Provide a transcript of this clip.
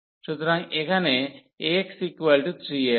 সুতরাং এখানে x 3a হয়